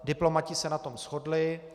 Diplomaté se na tom shodli.